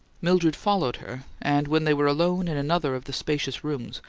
mildred followed her, and, when they were alone in another of the spacious rooms,